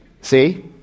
See